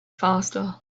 faster